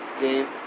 game